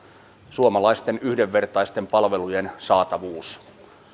suomalaisten yhdenvertaisten palvelujen saatavuus